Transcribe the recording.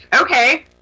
okay